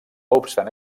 obstant